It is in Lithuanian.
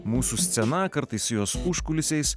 mūsų scena kartais jos užkulisiais